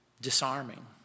disarming